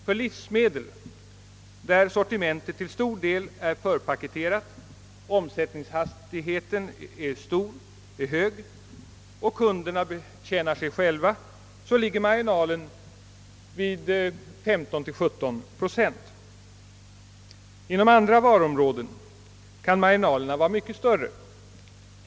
För livsmedel — med ett sortiment som till stor del är förpacketerat, med hög omsättningshastighet och med kunder som betjänar sig själva — ligger marginalen vid 15—17 procent. Inom andra varuområden kan marginalerna vara mycket större.